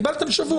קיבלתם שבוע.